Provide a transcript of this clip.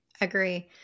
Agree